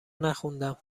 نخوندم